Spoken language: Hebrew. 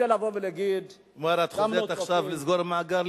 אז את חוזרת עכשיו לסגור מעגל,